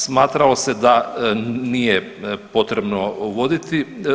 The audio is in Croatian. Smatralo se da nije potrebno uvoditi.